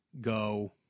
go